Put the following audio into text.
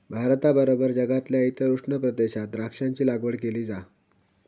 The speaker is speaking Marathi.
भारताबरोबर जगातल्या इतर उष्ण प्रदेशात द्राक्षांची लागवड केली जा